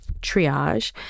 triage